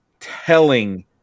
Telling